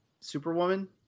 Superwoman